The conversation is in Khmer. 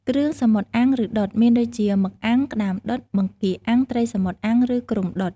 គ្រឿងសមុទ្រអាំង ឬដុត មានដូចជា មឹកអាំង ក្តាមដុត បង្គាអាំង ត្រីសមុទ្រអាំង ឬគ្រុំដុត ។